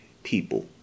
people